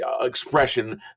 expression